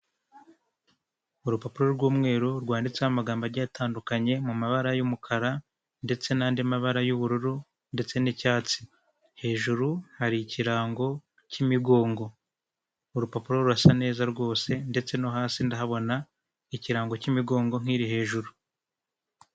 Urupapuro rw'umweru rwanditseho amagambo agiye atandukanye mu mabara y'umukara ndetse n'andi mabara y'ubururu ndetse n'icyatsi, hejuru hari ikirango cy'imigongo urupapuro rurasa neza rwose ndetse no hasi ndahabona ikirango cy'imigongo nk'iri hejuru.